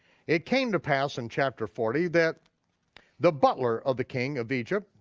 it came to pass in chapter forty that the butler of the king of egypt,